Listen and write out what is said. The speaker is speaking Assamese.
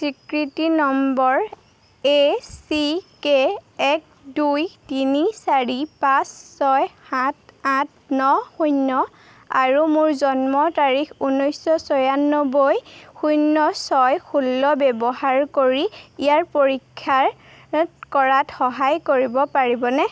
স্বীকৃতি নম্বৰ এ চি কে এক দুই তিনি চাৰি পাঁচ ছয় সাত আঠ ন শূন্য আৰু মোৰ জন্ম তাৰিখ ঊনৈছ ছয়ানব্বৈ শূন্য ছয় ষোল্ল ব্যৱহাৰ কৰি ইয়াৰ পৰীক্ষা কৰাত সহায় কৰিব পাৰিবনে